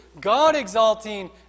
God-exalting